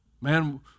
Man